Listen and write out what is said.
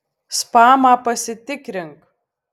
spamą pasitikrink